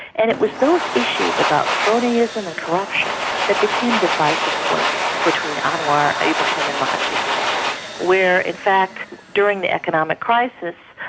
and it was those issues about cronyism and corruption that became divisive points between anwar ibrahim and matathir where in fact during the economic crisis,